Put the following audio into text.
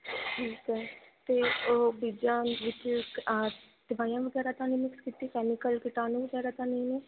ਠੀਕ ਹੈ ਅਤੇ ਉਹ ਬੀਜਾਂ ਵਿਚ ਦਵਾਈਆਂ ਵਗੈਰਾ ਤਾਂ ਨਹੀਂ ਮਿਕਸ ਕੀਤੀ ਤਾਂ ਨਹੀਂ ਹੈ